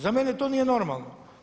Za mene to nije normalno.